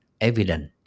evidence